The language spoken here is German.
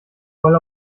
voll